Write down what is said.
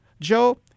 Joe